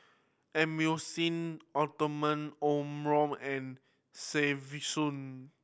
Emulsying Omron and Selsun